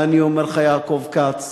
ואני אומר לך, יעקב כץ,